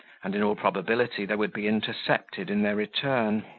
and in all probability they would be intercepted in their return.